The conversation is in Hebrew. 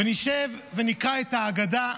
נשב ונקרא את ההגדה,